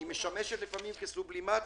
היא משמשת לפעמים כסובלימציה.